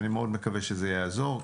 אני מאוד מקווה שזה יעזור.